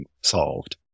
solved